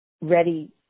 ready